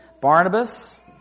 Barnabas